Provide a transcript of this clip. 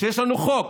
כשיש לנו חוק